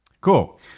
Cool